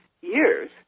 years